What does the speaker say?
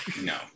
No